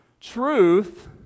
truth